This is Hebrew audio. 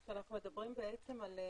כשאנחנו מדברים על מטרות